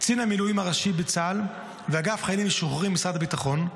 קצין המילואים הראשי בצה"ל ואגף חיילים משוחררים במשרד הביטחון,